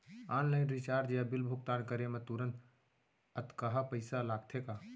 Online recharge या bill भुगतान करे मा तुरंत अक्तहा पइसा लागथे का?